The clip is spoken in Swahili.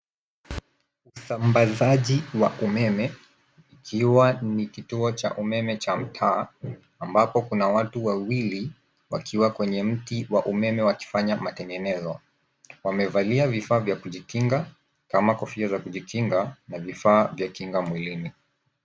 Usambazaji wa umeme, ikiwa ni kituo cha umeme cha mtaa, ambapo kuna watu wawili wakiwa kwenye mti wa umeme wakifanya matengenezo. Wamevalia vifaa vya kujikinga, kama kofia za kujikinga na vifaa vya kinga mwilini.